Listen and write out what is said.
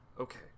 Okay